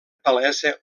palesa